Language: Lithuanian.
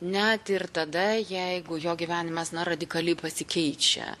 net ir tada jeigu jo gyvenimas na radikaliai pasikeičia